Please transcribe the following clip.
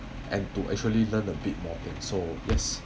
and to actually learn a bit more thing so yes